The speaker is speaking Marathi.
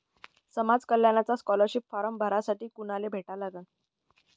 समाज कल्याणचा स्कॉलरशिप फारम भरासाठी कुनाले भेटा लागन?